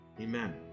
Amen